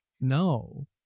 no